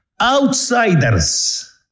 outsiders